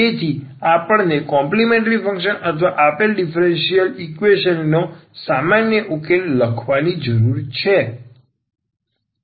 તેથી આપણને complementary function અથવા આપેલ ડીફરન્સીયલ ઈક્વેશન નો સામાન્ય ઉકેલ લખવાની જરૂર છે